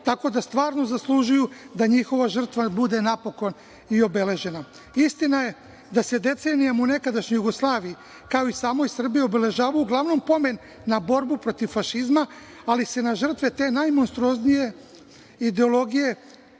tako da stvarno zaslužuju da njihova žrtva bude napokon i obeležena. Istina je da se decenijama u nekadašnjoj Jugoslaviji, kao i samoj Srbiji obeležavao uglavnom pomen na borbu protiv fašizma, ali se na žrtve te najmonstruoznije ideologije